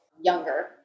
younger